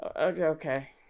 Okay